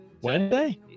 Wednesday